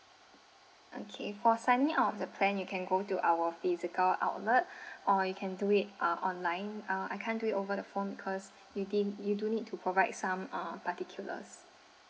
okay for signing up the plan you can go to our physical outlet or you can do it uh online uh I can't do it over the phone because you didn't you do need to provide some uh particulars